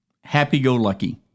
happy-go-lucky